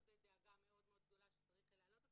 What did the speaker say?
וזו דאגה מאוד מאוד גדולה שצריך להעלות אותה,